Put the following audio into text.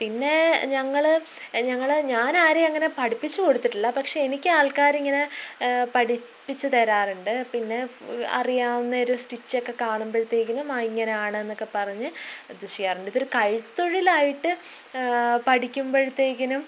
പിന്നേ ഞങ്ങൾ ഞങ്ങൾ ഞാൻ ആരേയും അങ്ങനെ പഠിപ്പിച്ചു കൊടുത്തിട്ടില്ല പക്ഷെ എനിക്ക് ആള്ക്കാർ പഠിപ്പിച്ചു തരാറുണ്ട് പിന്നെ അറിയാവുന്ന ഒരു സ്റ്റിച്ചൊക്കെ കാണുമ്പഴത്തേക്കിനും ആ ഇങ്ങനാണ് ന്നെക്കെ പറഞ്ഞ് ഇത് ചെയ്യാറുണ്ട് ഇതൊരു കൈത്തൊഴിൽ ആയിട്ട് പഠിക്ക്മ്പഴത്തേക്കിനും